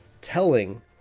telling